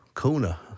Kuna